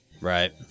Right